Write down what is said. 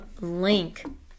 link